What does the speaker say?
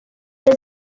was